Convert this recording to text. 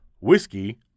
Whiskey